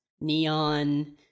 neon